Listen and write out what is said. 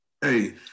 hey